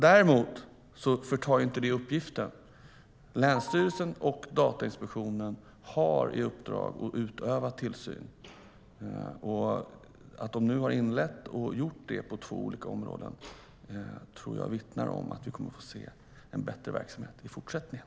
Det förtar däremot inte uppgiften. Länsstyrelsen och Datainspektionen har i uppdrag att utöva tillsyn, och att de nu har inlett detta på två olika områden tror jag vittnar om att vi kommer att få se en bättre verksamhet i fortsättningen.